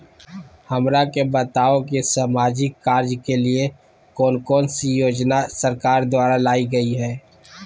हमरा के बताओ कि सामाजिक कार्य के लिए कौन कौन सी योजना सरकार द्वारा लाई गई है?